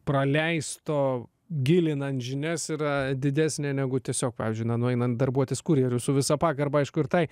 praleisto gilinant žinias yra didesnė negu tiesiog pavyzdžiui na nueinant darbuotis kurjeriu su visa pagarba aišku ir tai